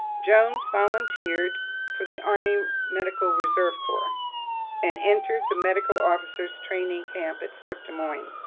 jones volunteered for the army medical reserve corp and entered the medical officers' training camp at fort des moines.